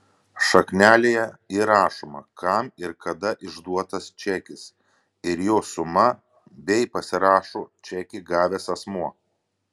šaknelėje įrašoma kam ir kada išduotas čekis ir jo suma bei pasirašo čekį gavęs asmuo